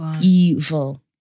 evil